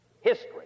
history